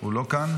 הוא לא כאן?